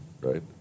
right